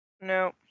No